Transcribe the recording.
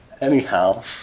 Anyhow